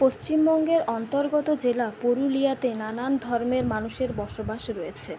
পশ্চিমবঙ্গের অন্তর্গত জেলা পুরুলিয়াতে নানান ধর্মের মানুষের বসবাস রয়েছে